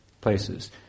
places